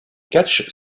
catch